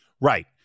Right